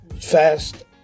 fast